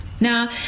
Now